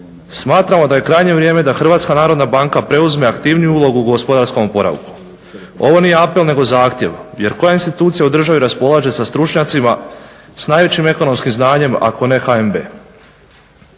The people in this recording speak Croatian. Smatramo da je krajnje vrijeme da HNB preuzme aktivniju ulogu u gospodarskom oporavku. Ovo nije apel nego zahtjev jer koja institucija u državi raspolaže sa stručnjacima sa najvećim ekonomskim znanjem ako ne HMB.